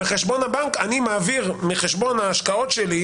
בחשבון הבנק אני מעביר מחשבון ההשקעות שלי,